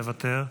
מוותר,